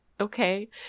Okay